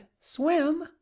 Swim